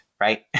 right